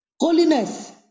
Holiness